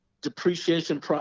depreciation